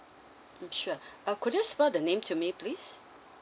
sure could you spell the name to me please